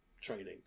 training